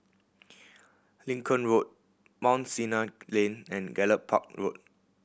Lincoln Road Mount Sinai Lane and Gallop Park Road